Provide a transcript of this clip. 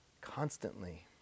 constantly